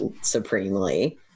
supremely